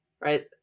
right